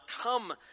come